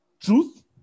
truth